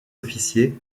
officiers